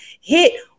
hit